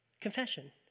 Confession